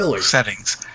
settings